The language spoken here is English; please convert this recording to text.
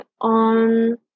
on